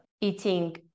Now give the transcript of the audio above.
eating